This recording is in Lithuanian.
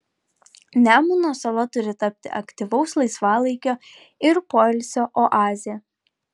nemuno sala turi tapti aktyvaus laisvalaikio ir poilsio oaze